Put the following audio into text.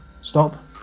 Stop